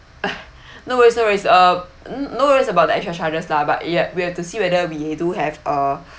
no worries no worries uh n~ no worries about the extra charges lah but yet we have to see whether we do have uh